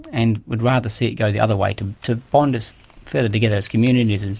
and would rather see it go the other way, to to bond us further together as communities and